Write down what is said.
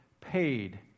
paid